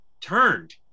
turned